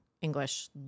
English